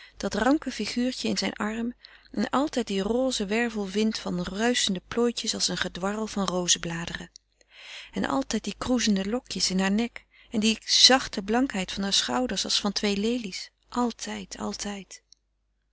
dat ranke figuurtje in zijn arm en altijd die roze wervelwind van ruischende plooitjes als een gedwarrel van rozenbladeren en altijd die kroezende lokjes in haar nek en die zachte blankheid van hare schouders als van twee lelies altijd altijd